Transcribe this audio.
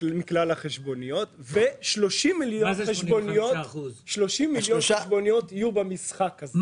מכלל החשבוניות ו-30 מיליון חשבוניות יהיו במשחק הזה.